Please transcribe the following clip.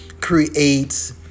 create